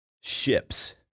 ships